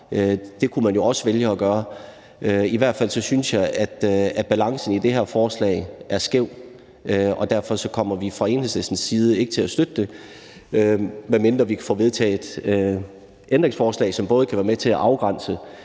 Det kunne man jo også vælge at gøre. I hvert fald synes jeg, at balancen i det her forslag er skæv, og derfor kommer vi fra Enhedslistens side ikke til at støtte det, medmindre vi kan få vedtaget et ændringsforslag, som kan være med til at afgrænse,